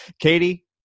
Katie